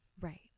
Right